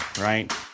right